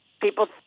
people